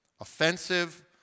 offensive